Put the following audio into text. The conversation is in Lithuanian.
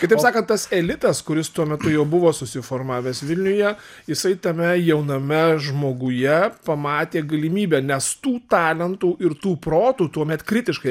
kitaip sakant tas elitas kuris tuo metu jau buvo susiformavęs vilniuje jisai tame jauname žmoguje pamatė galimybę nes tų talentų ir tų protų tuomet kritiškai